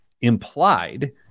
implied